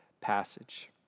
passage